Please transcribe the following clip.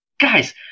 Guys